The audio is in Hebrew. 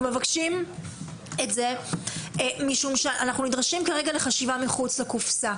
אנחנו מבקשים את זה משום שאנחנו נדרשים כרגע לחשיבה מחוץ לקופסה.